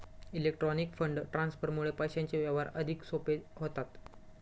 electronic fund ट्रान्सफरमुळे पैशांचे व्यवहार अधिक सोपे होतात